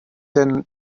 denn